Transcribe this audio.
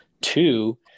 Two